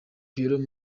pierrot